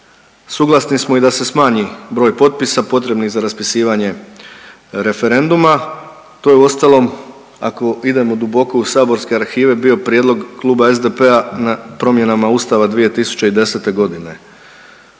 Suglasni smo i da se smanji broj potpisa potrebnih za raspisivanje referenduma. To je uostalom ako idemo duboko u saborske arhive bio prijedlog Kluba SDP-a na promjenama Ustava 2010. godine.